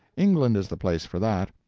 england is the place for that.